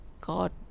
god